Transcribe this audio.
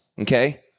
okay